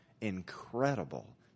Incredible